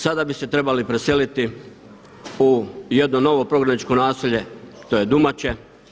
Sada bi se trebali preseliti u jedno novo prognaničko naselje to je Dumače.